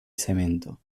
cemento